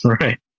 right